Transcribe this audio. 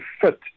fit